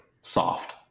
Soft